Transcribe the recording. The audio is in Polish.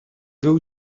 był